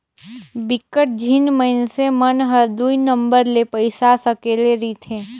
बिकट झिन मइनसे मन हर दुई नंबर ले पइसा सकेले रिथे